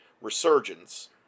Resurgence